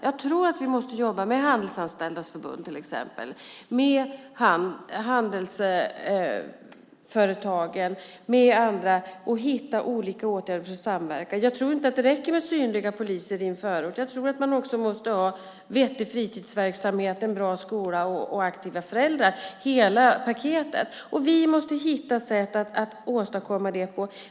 Jag tror att vi måste jobba med Handelsanställdas förbund, handelsföretagen och andra för att hitta olika åtgärder där vi kan samverka. Jag tror inte att det räcker med synliga poliser i en förort. Jag tror att man också måste ha vettig fritidsverksamhet, en bra skola och aktiva föräldrar, det vill säga hela paket. Vi måste hitta sätt att åstadkomma det.